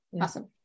awesome